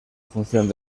función